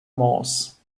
moss